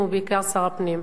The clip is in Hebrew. ובעיקר שר הפנים.